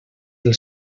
del